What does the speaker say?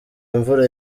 mvura